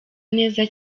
neza